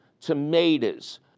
tomatoes